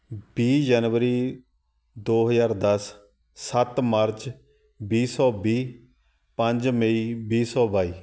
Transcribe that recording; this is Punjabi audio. ਵੀਹ ਜਨਵਰੀ ਦੋ ਹਜ਼ਾਰ ਦਸ ਸੱਤ ਮਾਰਚ ਵੀਹ ਸੌ ਵੀਹ ਪੰਜ ਮਈ ਵੀਹ ਸੌ ਬਾਈ